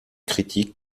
critique